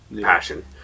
passion